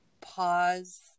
pause